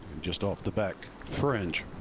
just off the back fringe.